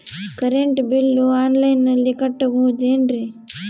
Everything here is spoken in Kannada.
ಕರೆಂಟ್ ಬಿಲ್ಲು ಆನ್ಲೈನಿನಲ್ಲಿ ಕಟ್ಟಬಹುದು ಏನ್ರಿ?